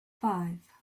five